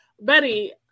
Betty